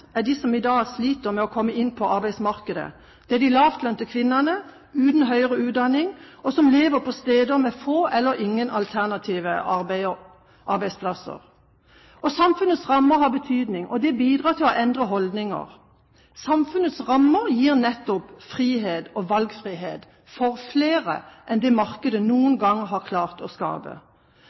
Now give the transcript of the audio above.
er de som i dag sliter med å komme inn på arbeidsmarkedet. Det er de lavtlønte kvinnene uten høyere utdanning, som lever på steder med få eller ingen alternative arbeidsplasser. Samfunnets rammer har betydning. Det bidrar til å endre holdninger. Samfunnets rammer gir nettopp frihet og valgfrihet for flere enn det markedet noen gang har klart å skape.